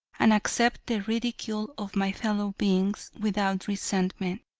and accept the ridicule of my fellow beings without resentment.